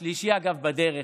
השלישי, אגב, בדרך,